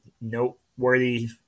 noteworthy